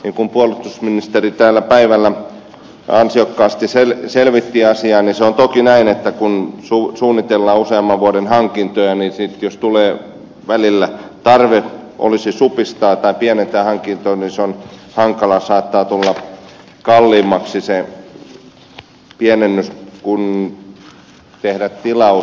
kuten puolustusministeri täällä päivällä ansiokkaasti selvitti asiaa niin se on toki näin että kun suunnitellaan useamman vuoden hankintoja niin sitten jos tulee välillä tarve supistaa tai pienentää hankintoja niin se on hankalaa saattaa tulla kalliimmaksi pienentää kuin tehdä tilaus